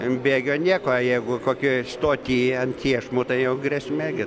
an bėgio nieko o jeigu kokioj stoty ant iešmų tai jau grėsmė gi